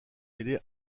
mêlée